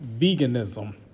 veganism